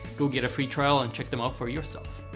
go get a free trial and check them out for yourself.